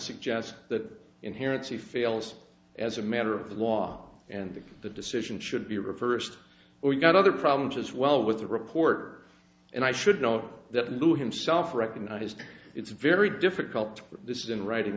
suggest that inherently fails as a matter of law and if the decision should be reversed we've got other problems as well with the report and i should know that lew himself recognized it's very difficult this is in writing